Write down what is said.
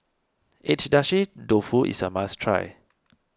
Agedashi Dofu is a must try